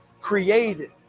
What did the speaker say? created